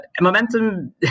momentum